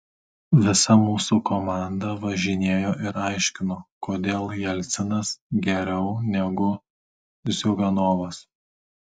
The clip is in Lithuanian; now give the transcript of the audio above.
visa mūsų komanda važinėjo ir aiškino kodėl jelcinas geriau negu ziuganovas